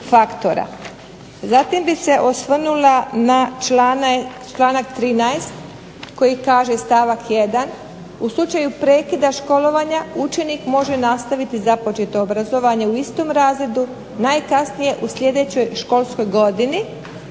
Zatim bih se osvrnula na članak 13. koji kaže stavak 1. u slučaju prekida školovanja učenik može nastaviti započeto obrazovanje u istom razredu najkasnije u sljedećoj školskoj godini.